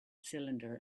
cylinder